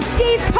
Steve